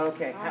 Okay